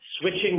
switching